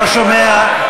לא שומע.